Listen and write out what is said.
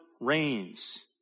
reigns